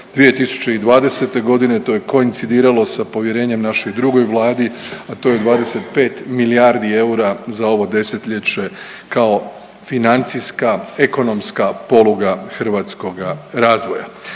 2020. godine. To je koincidiralo sa povjerenjem našoj drugoj Vladi, a to je 25 milijardi eura za ovo desetljeće kao financijska, ekonomska poluga hrvatskoga razvoja.